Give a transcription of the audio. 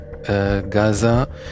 Gaza